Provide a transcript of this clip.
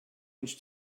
much